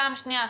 פעם שנייה,